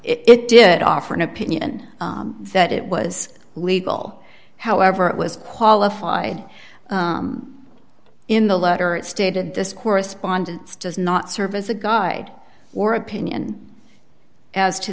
it did offer an opinion that it was legal however it was qualified in the letter it stated this correspondence does not serve as a guide or opinion as to